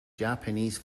japanese